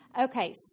Okay